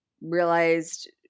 realized